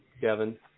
Kevin